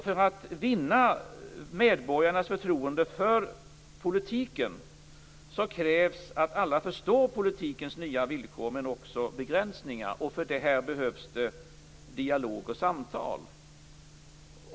För att vinna medborgarnas förtroende för politiken krävs att alla förstår politikens nya villkor och begränsningar. För det behövs dialog och samtal.